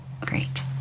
Great